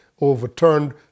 overturned